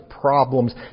problems